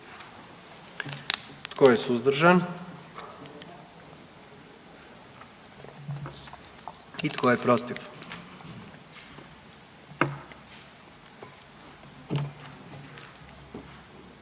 Tko je suzdržan? I tko je protiv?